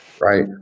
right